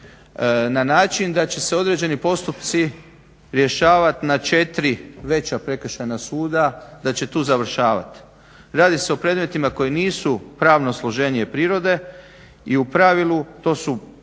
na način da će se određeni postupci rješavat na 4 veća prekršajna suda, da će tu završavat. Radi se o predmetima koji nisu pravno složenije prirode i u pravilu to su